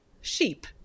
sheep